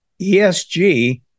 ESG